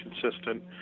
consistent